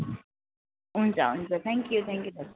हुन्छ हुन्छ thank you thank you दाजु